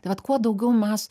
tai vat kuo daugiau mes